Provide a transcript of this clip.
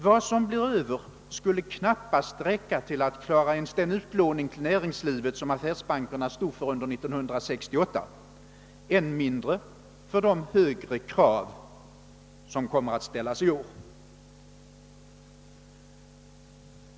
Vad som blir över skulle knappast räcka till att klara ens den utlåning till näringslivet som affärsbankerna stod för 1968, än mindre för de högre krav som kommer att ställas i år.